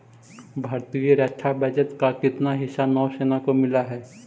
भारतीय रक्षा बजट का कितना हिस्सा नौसेना को मिलअ हई